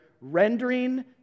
rendering